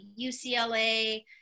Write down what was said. UCLA